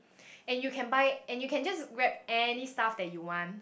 and you can buy and you can just grab any stuff that you want